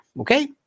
Okay